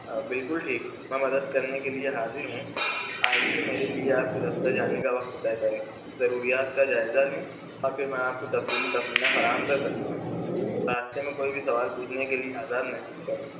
بالکل ٹھیک میں مدد کرنے کے لئے حاضر ہوں آئیے میرے لئے آپ کے دفتر جانے کا وقت طے کریں ضروریات کا جائزہ لیں اور پھر میں آپ کو تفصیلی تخمینہ فراہم کر سکتا ہوں راستے میں کوئی بھی سوال پوچھنے کے لئے آزاد محسوس کریں